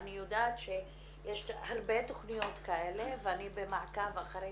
אני יודעת שיש הרבה תכניות כאלה ואני במעקב אחרי